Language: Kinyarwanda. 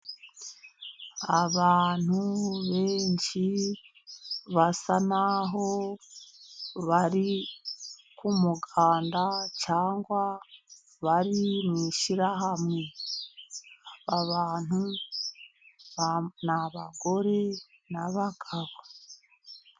Abantu benshi basa naho bari ku muganda cyangwa bari mu ishirahamwe, abantu ni abagore n'abagabo.